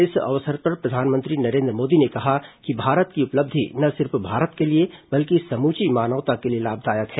इस अवसर पर प्रधानमंत्री नरेन्द्र मोदी ने कहा कि भारत की उपलब्धि न सिर्फ भारत के लिए बल्कि समूची मानवता के लिए लाभदायक है